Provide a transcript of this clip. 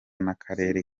n’akarere